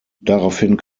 daraufhin